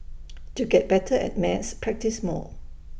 to get better at maths practise more